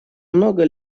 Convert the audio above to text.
много